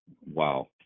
wow